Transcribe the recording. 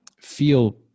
feel